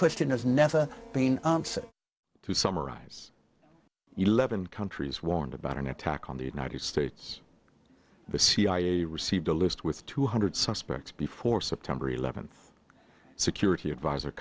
question has never been to summarize eleven countries warned about an attack on the united states the cia received a list with two hundred suspects before september eleventh security advis